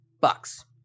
bucks